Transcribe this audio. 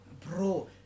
Bro